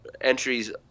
entries